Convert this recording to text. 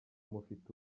mufite